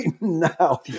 now